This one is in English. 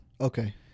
okay